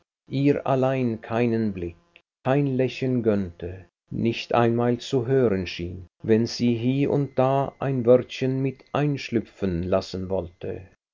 ihr allein keinen blick kein lächeln gönnte nicht einmal zu hören schien wenn sie hie und da ein wörtchen mit einschlüpfen lassen wollte